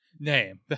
name